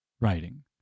writing